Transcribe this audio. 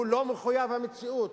הוא לא מחויב המציאות.